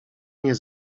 nie